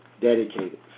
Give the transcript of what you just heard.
dedicated